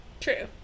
True